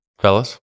Fellas